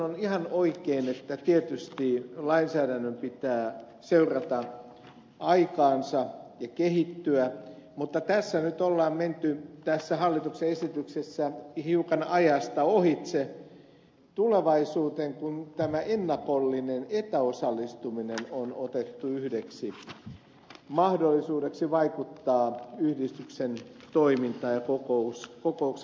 on ihan oikein että tietysti lainsäädännön pitää seurata aikaansa ja kehittyä mutta tässä hallituksen esityksessä nyt on menty hiukan ajasta ohitse tulevaisuuteen kun tämä ennakollinen etäosallistuminen on otettu yhdeksi mahdollisuudeksi vaikuttaa yhdistyksen toimintaan ja kokouksen kulkuun